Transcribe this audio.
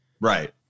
Right